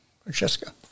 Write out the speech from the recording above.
Francesca